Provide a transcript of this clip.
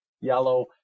yellow